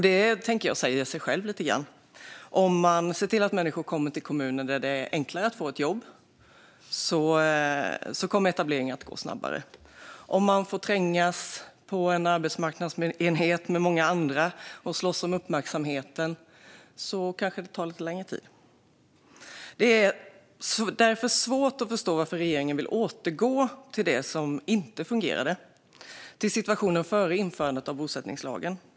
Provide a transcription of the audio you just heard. Det säger sig självt lite grann. Om man ser till att människor kommer till kommuner där det är enklare att få jobb kommer etableringen att gå snabbare. Om de får trängas på en arbetsmarknadsenhet med många andra och slåss om uppmärksamheten kanske det tar lite längre tid. Det är därför svårt att förstå varför regeringen vill återgå till det som inte fungerade, till situationen före införandet av bosättningslagen.